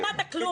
לא שמעת כלום,